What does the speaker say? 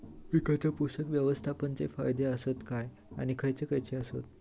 पीकांच्या पोषक व्यवस्थापन चे फायदे आसत काय आणि खैयचे खैयचे आसत?